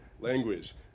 language